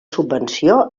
subvenció